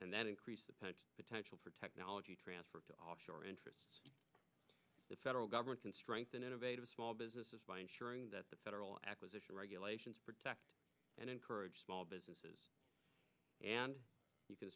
and that increase the potential for technology transfer to offshore interest the federal government can strengthen innovative small businesses by ensuring that the federal acquisition regulations protect and encourage small businesses and you can